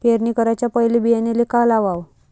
पेरणी कराच्या पयले बियान्याले का लावाव?